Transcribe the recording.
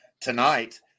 tonight